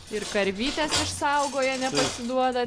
ir karvytes išsaugoja nepasiduoda